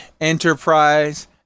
Enterprise